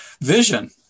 vision